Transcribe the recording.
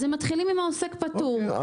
הם מתחילים עם עוסק פטור,